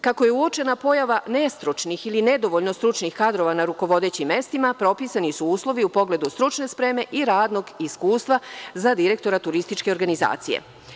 Kako je uočena pojava nestručnih ili nedovoljno stručnih kadrova na rukovodećim mestima, propisani su uslovi u pogledu stručne spreme i radnog iskustva za direktora turističke organizacije.